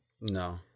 No